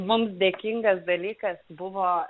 mums dėkingas dalykas buvo